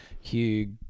Hugh